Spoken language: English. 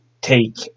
take